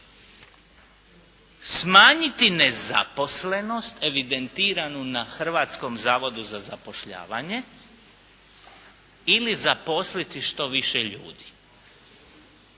smanjiti nezaposlenost evidentiranu na Hrvatskom zavodu za zapošljavanje ili zaposliti što više ljudi?